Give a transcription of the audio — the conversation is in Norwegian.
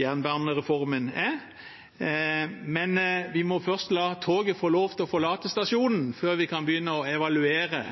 jernbanereformen er, men vi må la toget få lov til å forlate stasjonen før vi kan begynne å evaluere